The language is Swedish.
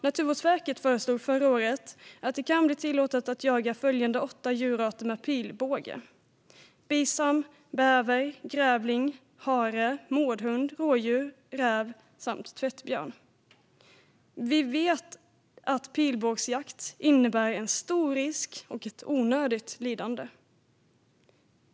Naturvårdsverket föreslog förra året att man ska tillåta att jaga följande åtta djurarter med pilbåge: bisam, bäver, grävling, hare, mårdhund, rådjur, räv samt tvättbjörn. Vi vet att pilbågsjakt innebär en stor risk och ett onödigt lidande.